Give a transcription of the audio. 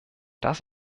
das